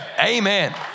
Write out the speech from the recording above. Amen